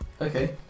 Okay